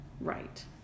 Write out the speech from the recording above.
Right